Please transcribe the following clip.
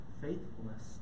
faithfulness